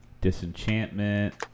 Disenchantment